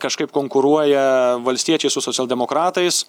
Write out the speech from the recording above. kažkaip konkuruoja valstiečiai su socialdemokratais